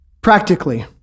Practically